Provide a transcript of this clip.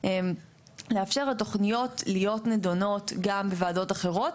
לאפשר לתוכניות להיות נדונות גם בוועדות אחרות,